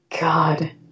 God